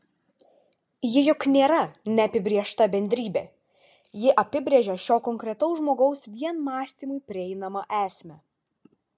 ji juk nėra neapibrėžta bendrybė ji apibrėžia šio konkretaus žmogaus vien mąstymui prieinamą esmę